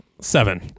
Seven